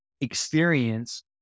experience